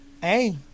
Hey